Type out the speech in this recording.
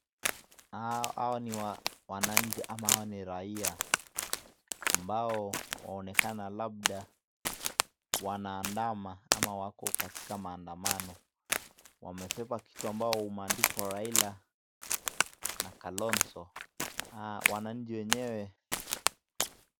Hawa ni wananchi ama hawa ni raia ambao waonekana labda wanaandama ama wako katika maandamano, wamebeba kitu ambao umeandikwa Raila na Kalonzo. Wananchi wenyewe...